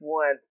one